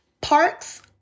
parks